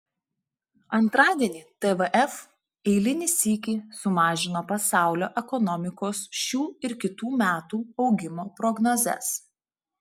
antradienį tvf eilinį sykį sumažino pasaulio ekonomikos šių ir kitų metų augimo prognozes